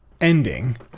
ending